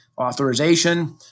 authorization